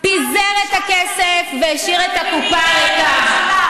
יפעת שאשא ביטון (כולנו):